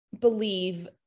believe